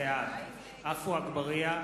בעד עפו אגבאריה,